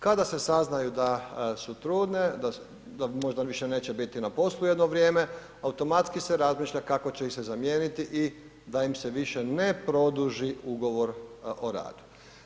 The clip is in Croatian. Kada se sazna da su trudne, da možda više neće biti na poslu jedno vrijeme, automatski se razmišlja kako će se ih se zamijeniti i da im se više ne produži ugovor o radu.